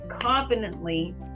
confidently